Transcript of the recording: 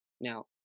Now